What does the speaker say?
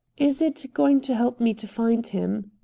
is it going to help me to find him?